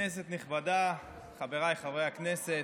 כנסת נכבדה, חבריי חברי הכנסת,